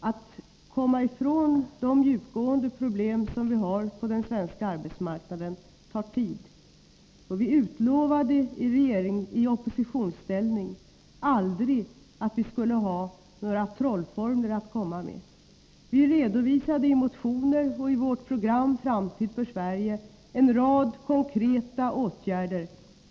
Att komma ifrån de djupgående problem som vi har på den svenska arbetsmarknaden tar tid, och vi utlovade i oppositionsställning aldrig att vi skulle ha några trollformler att komma med. Vi redovisade i motioner och i vårt program Framtid för Sverige en rad konkreta åtgärder.